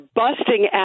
busting